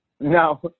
No